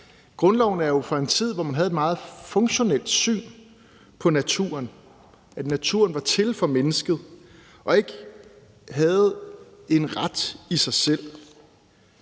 Grundloven er jo fra en tid, hvor man havde et meget funktionelt syn på naturen. Naturen var til for mennesket og havde ikke en ret i sig selv.